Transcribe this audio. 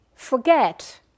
forget